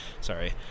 sorry